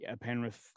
Penrith